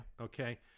Okay